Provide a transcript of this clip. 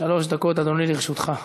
שלוש דקות, אדוני, לרשותך.